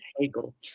Hegel